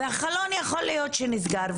והחלון יכול להיות שנסגר,